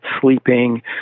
sleeping